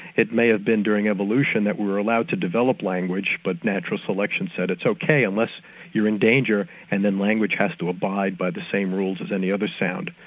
it may have been during evolution that we were allowed to develop language, but natural selection said it's ok unless you're in danger and then language has to abide by the same rules as any other sound.